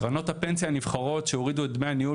קרנות הפנסיה הנבחרות שהורידו את דמי הניהול